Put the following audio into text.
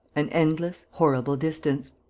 an endless, horrible distance.